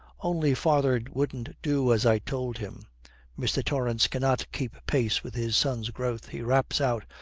only father wouldn't do as i told him mr. torrance cannot keep pace with his son's growth. he raps out,